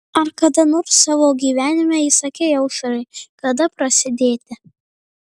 ar kada nors savo gyvenime įsakei aušrai kada prasidėti